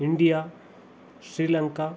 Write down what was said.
India Sri Lanka